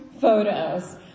photos